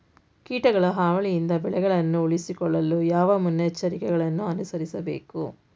ಕೀಟಗಳ ಹಾವಳಿಯಿಂದ ಬೆಳೆಗಳನ್ನು ಉಳಿಸಿಕೊಳ್ಳಲು ಯಾವ ಮುನ್ನೆಚ್ಚರಿಕೆಗಳನ್ನು ಅನುಸರಿಸಬೇಕು?